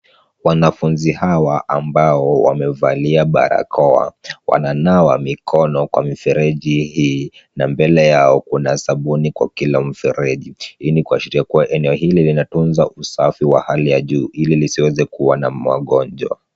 Wanafunzi hawa ambao wamevalia barakoa wananawa mikono kwa mifereji hii na mbele yao kuna sabuni kwa kila mfereji. Hii ni kuashiria kuwa eneo hili linatunza usafi wa hali ya juu ili lisiweze kuwa na magonjwa.